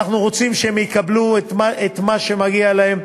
אנחנו רוצים שהם יקבלו את מה שמגיע להם.